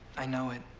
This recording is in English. i know it.